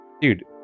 Dude